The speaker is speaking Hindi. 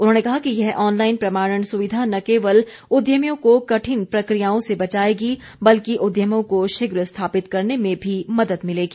उन्होंने कहा कि यह ऑनलाइन प्रमाणन सुविधा न केवल उद्यमियों को कठिन प्रक्रियाओं से बचाएगी बल्कि उद्यमों को शीघ्र स्थापित करने में भी मदद मिलेगी